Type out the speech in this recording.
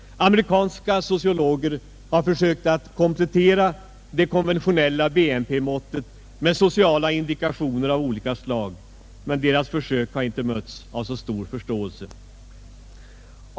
Amerikanska sociologer har försökt att komplettera det konventionella BNP-måttet med sociala indikatorer av olika slag, men deras försök har inte mötts av så stor förståelse.